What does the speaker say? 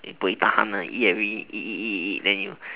buay-tahan eat every eat eat eat then you